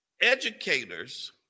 educators